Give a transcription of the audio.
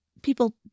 people